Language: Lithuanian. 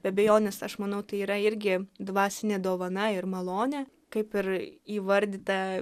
be abejonės aš manau tai yra irgi dvasinė dovana ir malonė kaip ir įvardyta